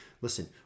Listen